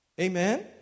Amen